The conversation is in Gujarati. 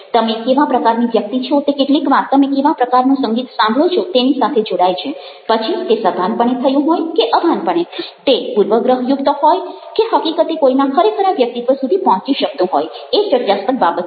તમે કેવા પ્રકારની વ્યક્તિ છો તે કેટલીક વાર તમે કેવા પ્રકારનું સંગીત સાંભળો છો તેની સાથે જોડાય છે પછી તે સભાનપણે થયું હોય કે અભાનપણે તે પૂર્વગ્રહયુક્ત હોય કે હકીકતે કોઈના ખરેખરા વ્યક્તિત્વ સુધી પહોંચી શકતું હોય એ ચર્ચાસ્પદ બાબત છે